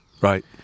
Right